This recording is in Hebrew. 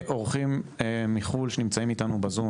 יש לנו אורחים מחו"ל שנמצאים איתנו בזום,